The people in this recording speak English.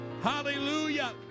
Hallelujah